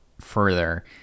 further